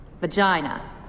Vagina